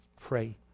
pray